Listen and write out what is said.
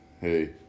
hey